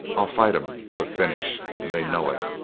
i'll fight em to a finish, and they know it.